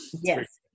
Yes